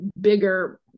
bigger